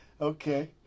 Okay